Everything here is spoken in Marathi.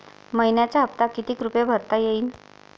मइन्याचा हप्ता कितीक रुपये भरता येईल?